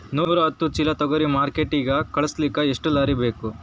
ನೂರಾಹತ್ತ ಚೀಲಾ ತೊಗರಿ ಮಾರ್ಕಿಟಿಗ ಕಳಸಲಿಕ್ಕಿ ಎಷ್ಟ ಲಾರಿ ಬೇಕು?